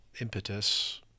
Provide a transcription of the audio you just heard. impetus